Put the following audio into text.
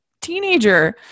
teenager